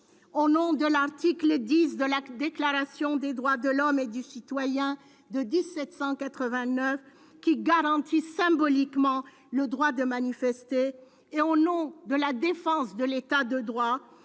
Au nom de l'article X de la Déclaration des droits de l'homme et du citoyen de 1789, qui garantit symboliquement le droit de manifester, et au nom de la défense de l'État de droit,